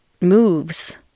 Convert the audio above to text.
moves